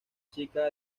chica